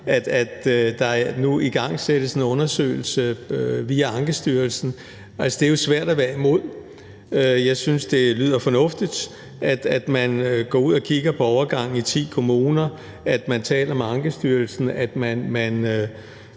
at der nu igangsættes en undersøgelse via Ankestyrelsen, kan jeg sige, at det jo altså er svært at være imod. Jeg synes, det lyder fornuftigt, at man går ud og kigger på overgangen i ti kommuner, at man taler med Ankestyrelsen, og at man